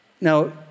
Now